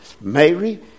Mary